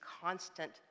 constant